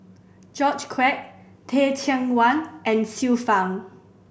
George Quek Teh Cheang Wan and Xiu Fang